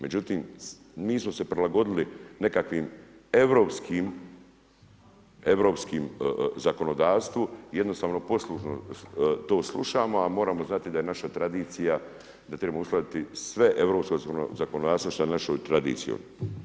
Međutim mi smo se prilagodili nekakvom europskom zakonodavstvu, jednostavno poslušno to slušamo a moramo znati da je naša tradicija, da trebamo uskladiti sva europska zakonodavstva sa našom tradicijom.